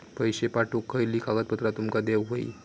पैशे पाठवुक खयली कागदपत्रा तुमका देऊक व्हयी?